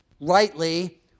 rightly